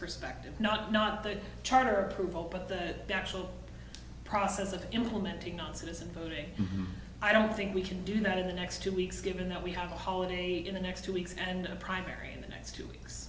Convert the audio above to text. perspective not not their charter revoked but the actual process of implementing non citizens i don't think we can do that in the next two weeks given that we have a holiday in the next two weeks and a primary in the next two weeks